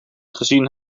gezien